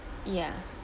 ya